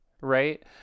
right